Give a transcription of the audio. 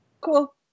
cool